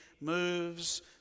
moves